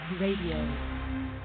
Radio